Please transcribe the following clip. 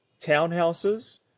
townhouses